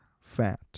fat